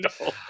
No